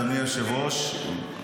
אדוני היושב-ראש,